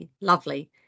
lovely